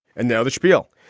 and now the schpiel.